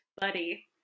buddy